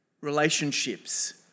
relationships